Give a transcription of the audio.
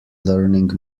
learning